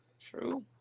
true